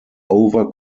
over